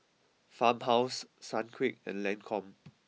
farmhouse Sunquick and Lancome